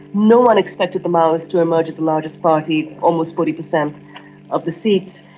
no one expected the maoists to emerge as the largest party almost forty per cent of the seats.